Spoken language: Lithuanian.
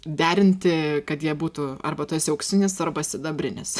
derinti kad jie būtų arba tu esi auksinis arba sidabrinis